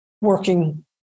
working